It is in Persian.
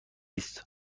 است